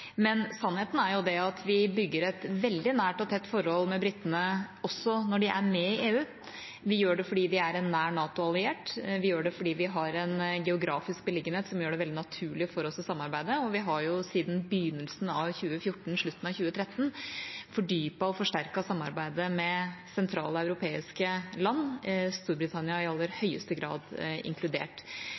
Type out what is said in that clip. men sannheten er jo at vi bygger et veldig nært og tett forhold med britene også når de er med i EU. Vi gjør det fordi vi er en nær NATO-alliert, og vi gjør det fordi vi har en geografisk beliggenhet som gjør det veldig naturlig for oss å samarbeide. Vi har siden begynnelsen av 2014 og slutten av 2013 fordypet og forsterket samarbeidet med sentrale europeiske land, Storbritannia i aller høyeste grad inkludert.